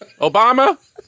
Obama